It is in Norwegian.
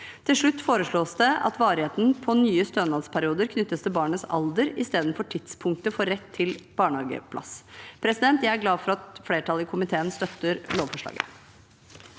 Til slutt foreslås det at varigheten på nye stønadsperioder knyttes til barnets alder istedenfor tidspunktet for rett til barnehageplass. Jeg er glad for at flertallet i komiteen støtter lovforslaget.